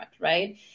right